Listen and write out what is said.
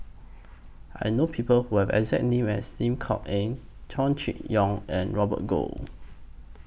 I know People Who Have The exact name as Lim Kok Ann Chow Chee Yong and Robert Goh